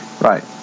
Right